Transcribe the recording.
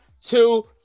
two